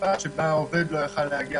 בזמנים שבהם העובד לא יכול היה להגיע